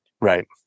Right